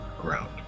ground